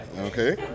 Okay